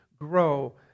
grow